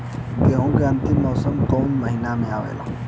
गेहूँ के अंतिम मौसम में कऊन महिना आवेला?